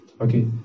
Okay